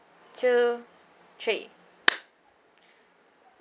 two three